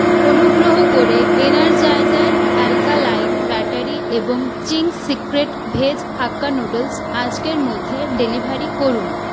অনুগ্রহ করে Energizer alkaline battery এবং Ching's secret veg hakka noodles আজকের মধ্যে ডেলিভারি করুন